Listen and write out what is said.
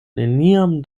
neniam